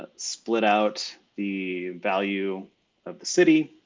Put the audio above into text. ah split out the value of the city,